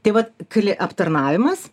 tai vat kli aptarnavimas